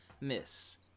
Miss